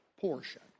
portion